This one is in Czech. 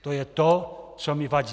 To je to, co mi vadí.